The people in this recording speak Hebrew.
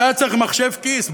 אתה צריך מחשב כיס,